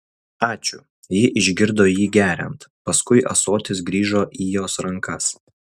ačiū ji išgirdo jį geriant paskui ąsotis grįžo įjos rankas